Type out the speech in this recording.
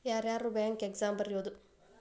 ಯಾರ್ಯಾರ್ bank exam ಬರಿಬೋದು